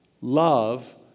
Love